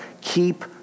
keep